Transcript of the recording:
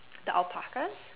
the alpacas